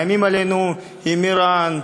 מאיימים עלינו עם איראן,